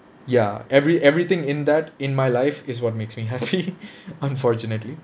ya every everything in that in my life is what makes me happy unfortunately